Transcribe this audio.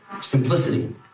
simplicity